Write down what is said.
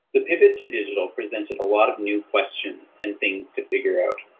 the pivot to digital presented a lot of new questions and things to figure out.